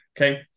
Okay